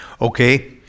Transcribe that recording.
Okay